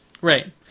Right